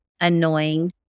annoying